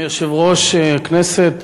אדוני יושב-ראש הכנסת,